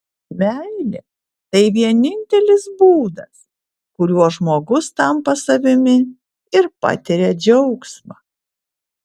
meilė tai vienintelis būdas kuriuo žmogus tampa savimi ir patiria džiaugsmą